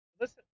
listen